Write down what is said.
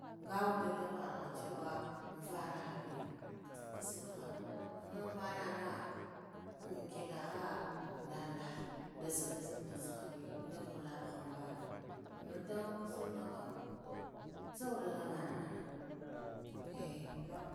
Nga wudde nda khara ciwa nvaraha mbe, nkt kusaha amma nvananah in ngiduha ndal ndal nake sadda nzidd bah tsahabe, ndag khwulave hmm bah ammon don kasarkan tsawadan dah mana mana